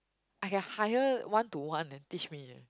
I can hire one to one and teach me eh